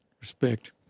Respect